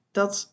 dat